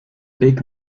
big